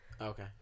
Okay